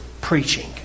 preaching